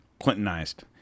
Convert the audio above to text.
Clintonized